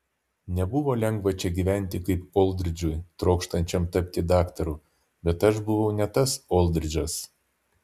nebuvo lengva čia gyventi kaip oldridžui trokštančiam tapti daktaru bet aš buvau ne tas oldridžas